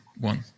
one